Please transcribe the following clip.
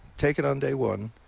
take it on day one.